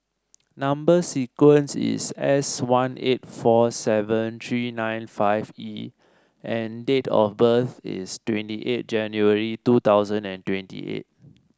number sequence is S one eight four seven three nine five E and date of birth is twenty eight January two thousand and twenty eight